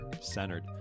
centered